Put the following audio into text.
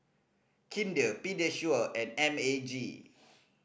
Kinder Pediasure and M A G